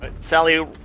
Sally